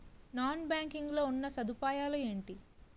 Non banking లో ఉన్నా సదుపాయాలు ఎంటి?